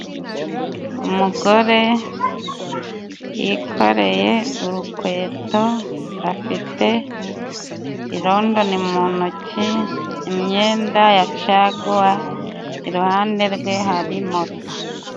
Umugore yikoreye urukweto, afite irondoni mu ntoki, imyenda ya caguwa, iruhande rwe hari moto.